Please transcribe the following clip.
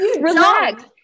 relax